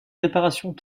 réparations